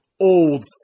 old